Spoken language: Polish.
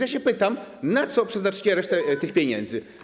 Ja się pytam, na co przeznaczycie resztę tych pieniędzy.